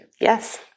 Yes